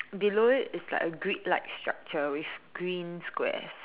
below it is like a grid like structure with green Square